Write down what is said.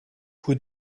who